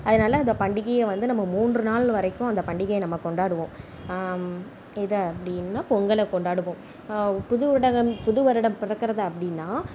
அதனால அந்த பண்டிகையை வந்து நம்ம மூன்று நாள் வரைக்கும் அந்த பண்டிகையை நம்ம கொண்டாடுவோம் இது அப்படினா பொங்கலை கொண்டாடுவோம் புது வருடம் பிறக்கிறது அப்படின்னா